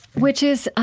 which is